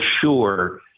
sure